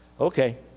Okay